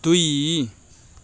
दुई